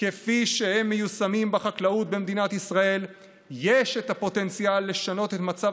כפי שהם מיושמים בחקלאות במדינת ישראל יש פוטנציאל לשנות את מצב